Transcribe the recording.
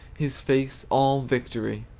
his face all victory,